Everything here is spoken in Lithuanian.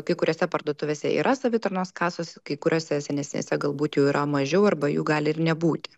kai kuriose parduotuvėse yra savitarnos kasos kai kuriose senesnėse galbūt jų yra mažiau arba jų gali ir nebūti